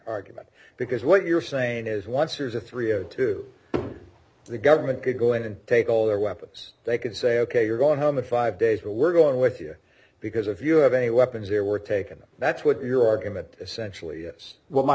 argument because what you're saying is once or three or two the government could go in and take all their weapons they could say ok you're going home in five days we're going with you because if you have any weapons there were taken that's what your argument essentially is w